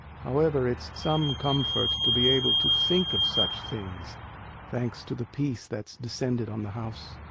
however, it's some comfort to be able to think of such things thanks to the peace that's descended on the house.